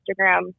Instagram